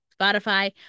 Spotify